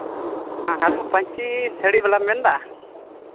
hello ᱯᱟᱹᱧᱪᱤ ᱥᱟᱹᱲᱤ ᱵᱟᱞᱟᱢ ᱢᱮᱱᱫᱟ